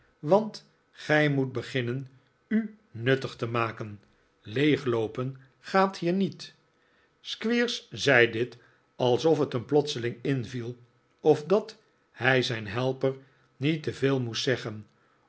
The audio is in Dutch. want gij moet beginnen u nuttig te maken leegloopen gaat hier niet v squeers zei dit alsof het hem iplotseling inviel of dat hij zijn helper niet te veel moest zeggen